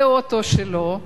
זה אוטו שלו,